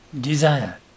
Desire